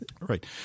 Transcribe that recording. Right